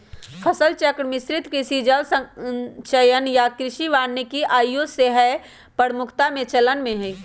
फसल चक्र, मिश्रित कृषि, जल संचयन आऽ कृषि वानिकी आइयो सेहय प्रमुखता से चलन में हइ